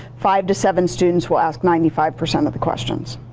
five to seven students will ask ninety five percent of the questions.